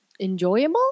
enjoyable